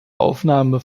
aufnahme